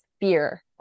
fear